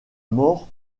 mort